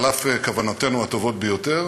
על אף כוונותינו הטובות ביותר,